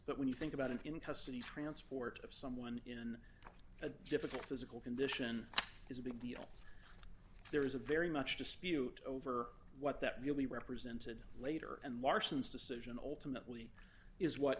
but when you think about it in custody transport of someone in a difficult physical condition is a big deal there is a very much dispute over what that will be represented later and larson's decision ultimately is what